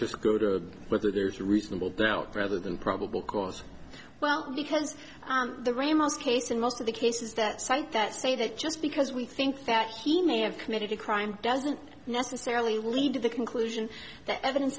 just go to whether there's reasonable doubt rather than probable cause well because the ramos case and most of the cases that cite that say that just because we think that he may have committed a crime doesn't necessarily lead to the conclusion that evidence